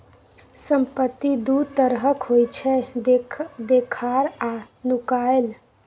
संपत्ति दु तरहक होइ छै देखार आ नुकाएल